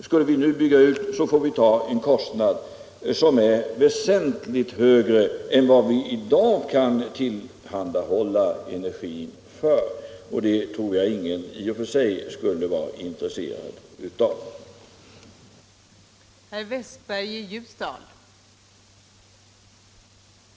Skulle vi nu bygga ut, får vi ta en kostnad som är väsentligt högre än vad vi i dag kan tillhandahålla = energi för, och det tror jag ingen i och för sig skulle vara intresserad Om utbyggnad och av. modernisering av kraftverk i